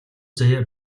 заяа